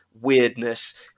weirdness